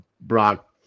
Brock